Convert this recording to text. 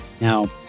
Now